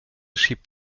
schiebt